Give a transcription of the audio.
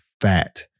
fat